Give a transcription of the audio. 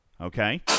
Okay